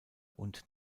und